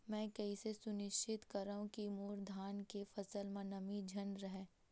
मैं कइसे सुनिश्चित करव कि मोर धान के फसल म नमी झन रहे?